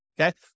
Okay